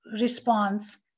response